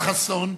חבר הכנסת חסון,